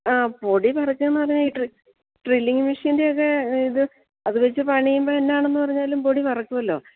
ആ പൊടി പാറിച്ചെന്നു പറഞ്ഞാല് ഈ ഡ്രില്ലിങ്ങ് മെഷ്യൻ്റെയൊക്കെ ഇത് അതുവച്ചു പണിയുമ്പോള് എന്നാണെന്നു പറഞ്ഞാലും പൊടി പറക്കുമല്ലോ